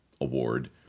award